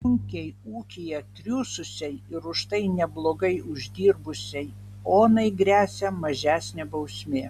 sunkiai ūkyje triūsusiai ir už tai neblogai uždirbusiai onai gresia mažesnė bausmė